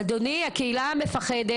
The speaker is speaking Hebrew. אדוני, הקהילה מפחדת.